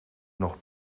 nog